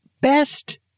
best